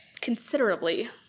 Considerably